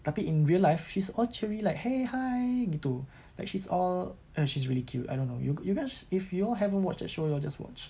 tapi in real life she's all cheery like !hey! hi gitu like she's all uh she's really cute I don't know yo~ you guys if you all haven't watched that show you all just watch